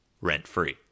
rent-free